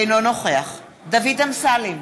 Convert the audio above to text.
אינו נוכח דוד אמסלם,